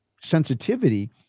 sensitivity